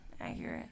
accurate